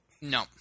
No